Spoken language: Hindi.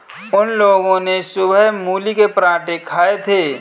उन लोगो ने सुबह मूली के पराठे खाए थे